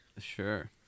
Sure